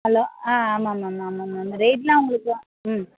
hello ஆ ஆமாம் ma'am ஆமாம் மேம் ரேட்டெலாம் உங்களுக்கு ம்